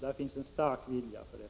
Det finns en stark vilja i det.